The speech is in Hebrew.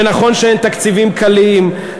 ונכון שאין תקציבים קלים,